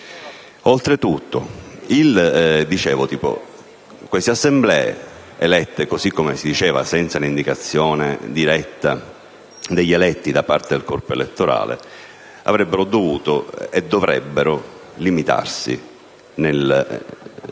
Oltretutto, queste Assemblee, elette senza indicazione diretta degli eletti da parte del corpo elettorale, avrebbero dovuto e dovrebbero limitarsi nell'incidere